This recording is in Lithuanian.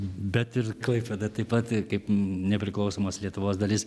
bet ir klaipėda taip pat kaip nepriklausomos lietuvos dalis